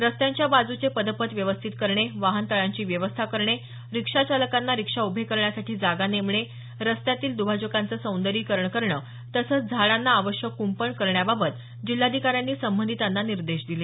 रस्त्यांच्या बाजूचे पदपथ व्यवस्थित करणे वाहनतळांची व्यवस्था करणे रिक्षा चालकांना रिक्षा उभे करण्यासाठी जागा नेमणे रस्त्यातील दुभाजकांचे सौंदर्यीकरण करणे तसंच झाडांना आवश्यक कुंपण करण्याबाबत जिल्हाधिकाऱ्यांनी संबंधितांना निर्देश दिले